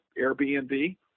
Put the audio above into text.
Airbnb